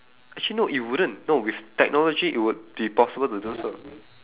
actually no it wouldn't no with technology it would be possible to do so